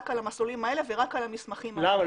על המסלולים האלה ורק על המסמכים האלה.